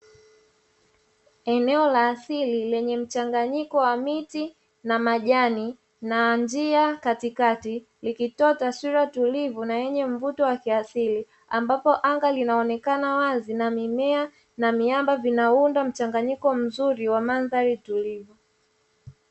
Eneo la asili lenye mchanganyiko wa miti na majani na njia katikati, ikitoa taswira tulivu na yenye mvuto wa kiasili, ambapo anga linaonekana wazi, na mimea na miamba vinaunda mchanganyiko mzuri wa mandhari tulivu.